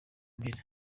mbere